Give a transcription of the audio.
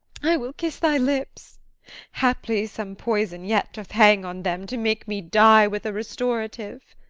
i will kiss thy lips haply some poison yet doth hang on them, to make me die with a restorative.